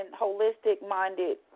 holistic-minded